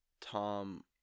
Tom